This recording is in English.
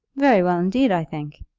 very well indeed, i think.